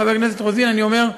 חברת הכנסת רוזין, אני אומר,